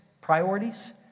priorities